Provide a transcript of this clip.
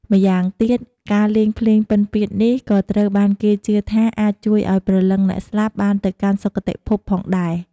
ម្យ៉ាងទៀត ការលេងភ្លេងពិណពាទ្យនេះក៏ត្រូវបានគេជឿថាអាចជួយឱ្យព្រលឹងអ្នកស្លាប់បានទៅកាន់សុគតិភពផងដែរ។